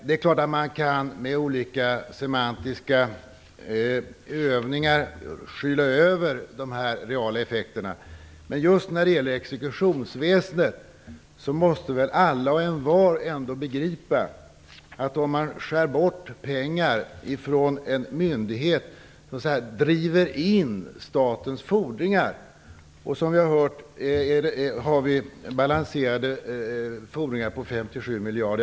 Det är klart att man med olika semantiska övningar kan skyla över de reala effekterna. Men just när det gäller exekutionsväsendet måste väl alla och envar ändå begripa att om man skär bort pengar från en myndighet som driver in statens fordringar får det effekter. Som vi har hört har vi balanserade fordringar på 57 miljarder.